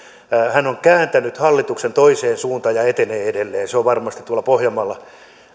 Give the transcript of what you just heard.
hän on kääntänyt hallituksen toiseen suuntaan ja etenee edelleen se on varmasti tuolla pohjanmaalla